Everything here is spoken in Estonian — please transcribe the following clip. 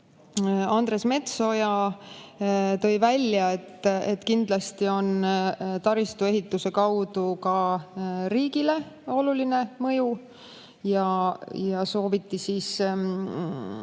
Andres Metsoja tõi välja, et kindlasti on taristuehituse kaudu sellel ka riigile oluline mõju, ja soovis